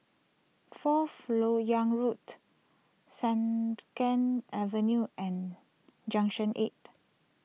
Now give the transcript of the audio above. Fourth Lok Yang Road send ken Avenue and Junction eight